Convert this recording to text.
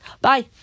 Bye